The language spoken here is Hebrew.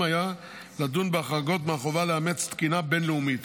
היה לדון בהחרגות מהחובה לאמץ תקינה בין-לאומית,